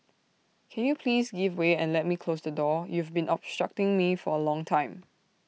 can you please give way and let me close the door you've been obstructing me for A long time